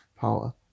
power